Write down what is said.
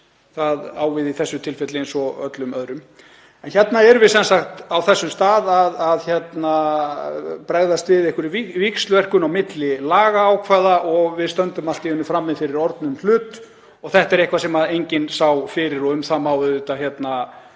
Það á við í þessu tilfelli eins og öllum öðrum. En hérna erum við sem sagt á þessum stað, að bregðast við einhverri víxlverkun á milli lagaákvæða og við stöndum allt í einu frammi fyrir orðnum hlut, þetta er eitthvað sem enginn sá fyrir og um það má hafa mörg